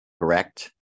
correct